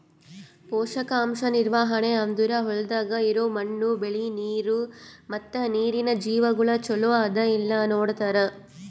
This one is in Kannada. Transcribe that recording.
ಪೋಷಕಾಂಶ ನಿರ್ವಹಣೆ ಅಂದುರ್ ಹೊಲ್ದಾಗ್ ಇರೋ ಮಣ್ಣು, ಬೆಳಿ, ನೀರ ಮತ್ತ ನೀರಿನ ಜೀವಿಗೊಳ್ ಚಲೋ ಅದಾ ಇಲ್ಲಾ ನೋಡತಾರ್